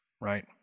right